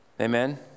Amen